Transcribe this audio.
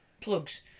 Plugs